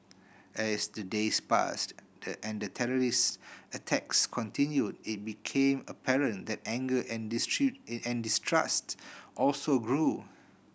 as the days passed and the terrorist attacks continued it became apparent that anger and and distrust also grew